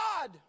God